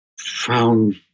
found